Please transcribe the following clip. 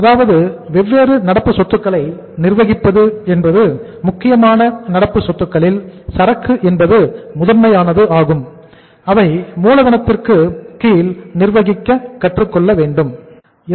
அதாவது வெவ்வேறு நடப்பு சொத்துக்களை நிர்வகிப்பது என்பது முக்கியமான நடப்பு சொத்துக்களில் சரக்கு என்பது முதன்மையானது ஆகும் அவை மூலதனத்திற்கு கீழ் நிர்வகிக்க கற்றுக் கொள்கிறோம்